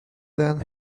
then